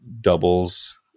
doubles